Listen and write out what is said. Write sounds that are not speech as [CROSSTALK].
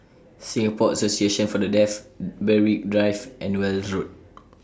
Singapore Association For The Deaf [HESITATION] Berwick Drive and Weld Road